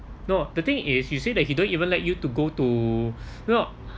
no the thing is you say that he don't even let you to go to no no